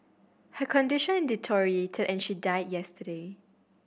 her condition deteriorated and she died yesterday